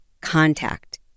contact